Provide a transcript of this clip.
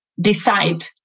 decide